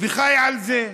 וחי על זה.